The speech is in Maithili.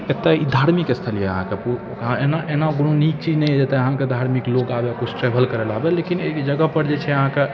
एतऽ ई धार्मिक स्थल अइ अहाँके एना एना कोनो नीक चीज नहि अछि जतऽ अहाँके धार्मिक लोक आबै किछु ट्रैवल करैलए आबै लेकिन एहि जगहपर जे छै अहाँके